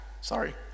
sorry